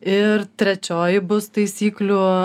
ir trečioji bus taisyklių